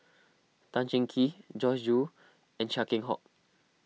Tan Cheng Kee Joyce Jue and Chia Keng Hock